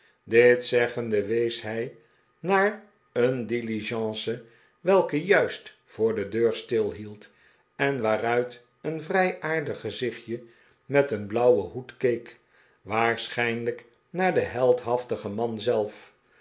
dit zeggende wees hij naar een diligence welke juist voor de deur stilhield en waaruit een vrij aardig gezichtje met een blauwen hoed keek waarschijnlijk naar den heldhaftigen man zelf